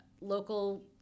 local